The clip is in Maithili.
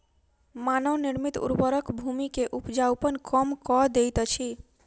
मानव निर्मित उर्वरक भूमि के उपजाऊपन कम कअ दैत अछि